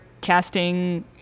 casting